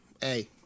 hey